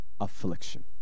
affliction